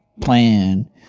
plan